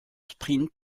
sprint